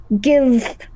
give